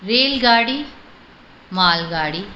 rail गाॾी माल गाॾी